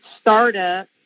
startup